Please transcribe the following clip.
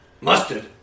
Mustard